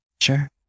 Sure